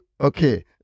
okay